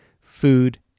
food